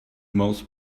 most